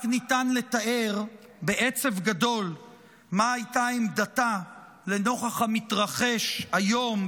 רק ניתן לתאר בעצב גדול מה הייתה עמדתה לנוכח המתרחש היום,